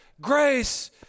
Grace